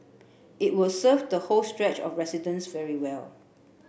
it will serve the whole stretch of residents very well